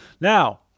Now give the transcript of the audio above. Now